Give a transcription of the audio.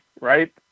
Right